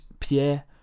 Pierre